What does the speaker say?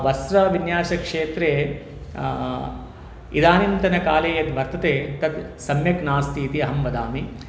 वस्रविन्यासक्षेत्रे इदानीन्तनकाले यद् वर्तते तत् सम्यक् नास्तीति अहं वदामि